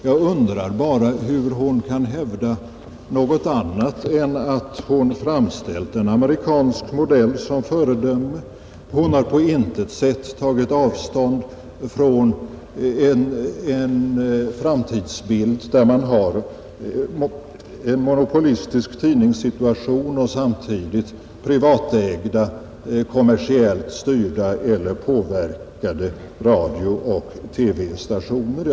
Jag undrar bara hur hon kan hävda något annat än att hon framställt en amerikansk modell som föredöme. Hon har på intet sätt tagit avstånd från en framtidsbild, där man har en monopolistisk tidningssituation och samtidigt privatägda, kommersiellt styrda eller påverkade radiooch TV-stationer.